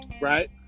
right